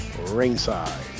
ringside